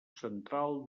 central